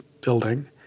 building